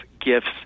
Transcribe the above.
gifts